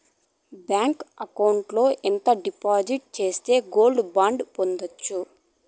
Bank account లో ఎంత డిపాజిట్లు సేస్తే గోల్డ్ బాండు పొందొచ్చు?